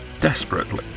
desperately